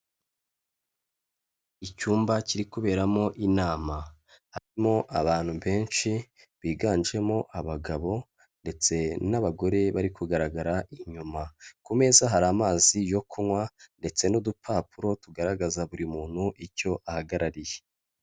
Icyumba kiri kuberamo inama, harimo abantu benshi biganjemo abagabo ndetse n'abagore bari kugaragara inyuma, ku meza hari amazi yo kunywa ndetse n'udupapuro tugaragaza buri muntu icyo ahagarariye.